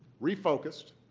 refocused.